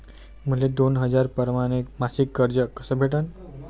मले दोन हजार परमाने मासिक कर्ज कस भेटन?